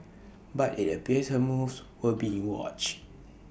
but IT appears her moves were being watched